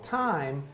time